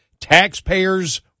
taxpayers